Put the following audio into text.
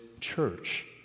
church